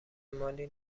مالی